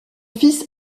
fils